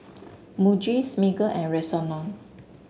Muji Smiggle and Rexona